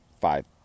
five